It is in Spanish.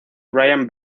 ryan